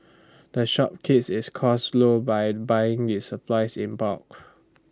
the shop keeps its costs low by buying its supplies in bulk